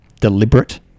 Deliberate